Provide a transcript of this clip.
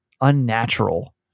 unnatural